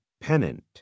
pennant